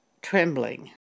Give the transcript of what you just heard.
trembling